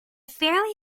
fairly